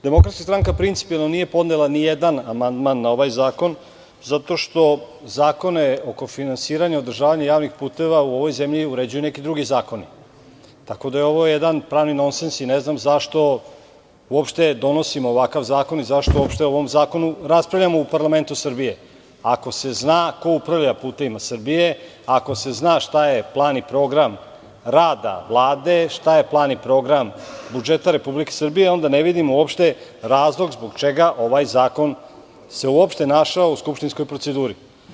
Demokratska stranka principijelno nije podnela ni jedan amandman na ovaj zakon, jer zakone oko finansiranja i održavanja javnih puteva u ovoj zemlji uređuju neki drugi zakoni, tako da je ovo jedan non sens i ne znam zašto donosimo ovakav zakon i zašto o njemu raspravljamo u parlamentu Srbije, ako se zna ko upravlja "Putevima Srbije", ako se zna šta je plan i program rada Vlade, šta je plan i program budžeta Republike Srbije, a onda ne vidim razlog zbog čega ovaj zakon se uopšte našao u skupštinskoj proceduri.